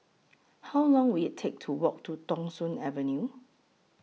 How Long Will IT Take to Walk to Thong Soon Avenue